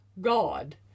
God